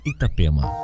Itapema